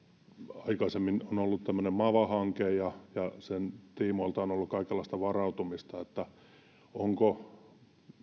aikaisemmin on ollut tällainen mava hanke ja sen tiimoilta on ollut kaikenlaista varautumista onko